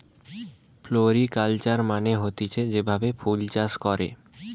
floriculture মানে হতিছে যেই ভাবে ফুল চাষ করে